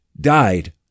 died